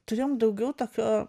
turėjom daugiau tokio